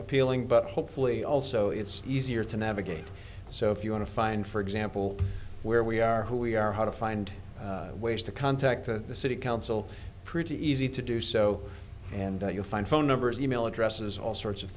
appealing but hopefully also it's easier to navigate so if you want to find for example where we are who we are how to find ways to contact the city council pretty easy to do so and you'll find phone numbers email addresses all sorts of